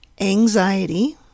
anxiety